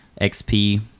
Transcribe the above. XP